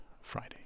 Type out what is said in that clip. Friday